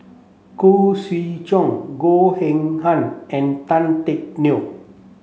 Khoo Swee Chiow Goh Eng Han and Tan Teck Neo